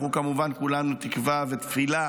אנחנו כמובן כולנו תקווה ותפילה